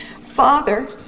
Father